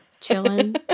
chilling